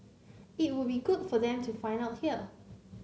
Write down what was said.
it would be good for them to find out here